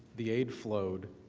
the aid flowed.